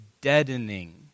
deadening